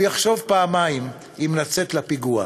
הוא יחשוב פעמיים אם לצאת לפיגוע.